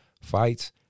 Fights